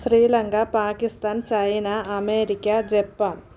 Sri Lanka Pakistan China America Japan